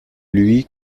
lui